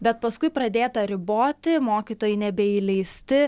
bet paskui pradėta riboti mokytojai nebeįleisti